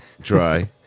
dry